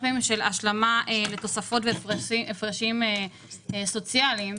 פעמים כהשלמה לתוספות והפרשים סוציאליים,